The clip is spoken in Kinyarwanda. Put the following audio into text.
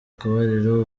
akabariro